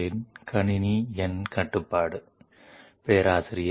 So this time we are going to deal with a completely new topic 3D machining Basic concepts